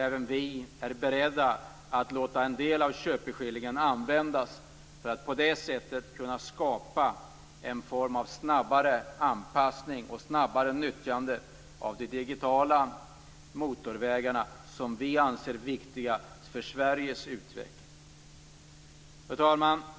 Även vi är beredda att låta en del av köpeskillingen användas för att på det sättet kunna skapa en form av snabbare anpassning och snabbare nyttjande av de digitala motorvägarna, som vi anser viktiga för Sveriges utveckling. Fru talman!